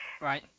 Right